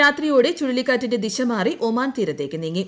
രാത്രിയോടെ ചുഴലിക്കാറ്റിന്റെ ദിശ മാറി ഒമാൻ തീരത്തേയ്ക്ക് നീങ്ങി